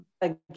again